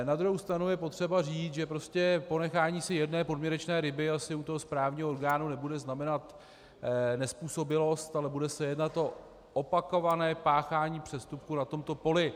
Na druhou stranu je potřeba říct, že ponechání si jedné podměrečné ryby asi u toho správního orgánu nebude znamenat nezpůsobilost, ale bude se jednat o opakované páchání přestupků na tomto poli.